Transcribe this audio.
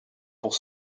pour